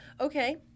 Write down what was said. Okay